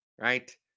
right